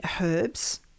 herbs